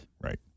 Right